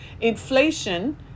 Inflation